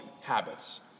habits